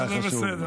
זה החשוב,